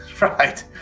right